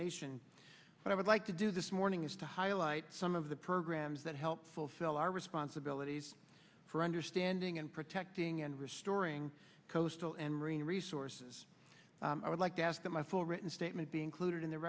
nation but i would like to do this morning is to highlight some of the programs that help fulfill our responsibilities for understanding and protecting and restoring coastal and marine resources i would like to ask my full written statement be included